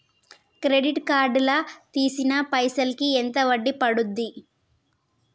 Credit card లా తీసిన పైసల్ కి ఎంత వడ్డీ పండుద్ధి?